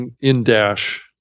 in-dash